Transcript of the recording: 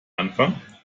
anfang